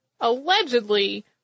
allegedly